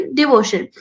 devotion